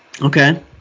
okay